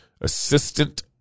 assistant